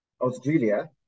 Australia